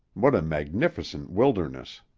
what a magnificent wilderness.